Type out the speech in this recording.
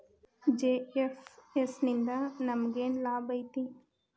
GFS ನಿಂದಾ ನಮೆಗೆನ್ ಲಾಭ ಐತಿ?